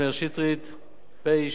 פ/3502.